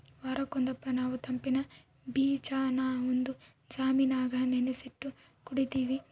ವಾರುಕ್ ಒಂದಪ್ಪ ನಾವು ತಂಪಿನ್ ಬೀಜಾನ ಒಂದು ಜಾಮಿನಾಗ ನೆನಿಸಿಟ್ಟು ಕುಡೀತೀವಿ